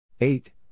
Eight